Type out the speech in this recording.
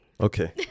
okay